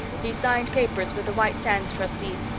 he's signed papers with the white sands trustees.